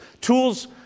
Tools